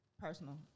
personal